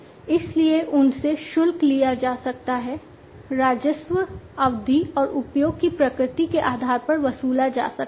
इसलिए उनसे शुल्क लिया जा सकता है राजस्व अवधि और उपयोग की प्रकृति के आधार पर वसूला जा सकता है